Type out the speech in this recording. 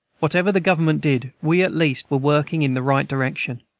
whatever the government did, we at least were working in the right direction.